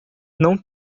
não